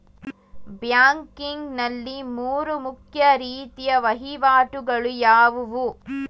Banking ನಲ್ಲಿ ಮೂರು ಮುಖ್ಯ ರೀತಿಯ ವಹಿವಾಟುಗಳು ಯಾವುವು?